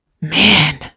Man